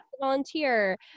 volunteer